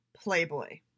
playboy